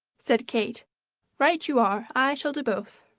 said kate right you are! i shall do both.